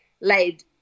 laid